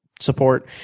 support